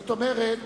זאת אומרת,